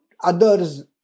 others